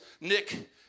Nick